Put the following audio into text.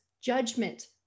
judgment